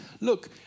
look